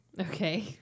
Okay